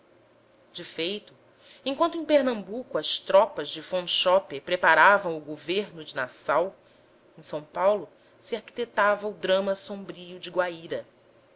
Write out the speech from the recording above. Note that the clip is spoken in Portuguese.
de feito enquanto em pernambuco as tropas de van schkoppe preparavam o governo de nassau em são paulo se arquitetava o drama sombrio de guaíra